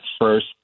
first